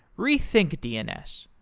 rethink dns,